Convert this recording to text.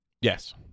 Yes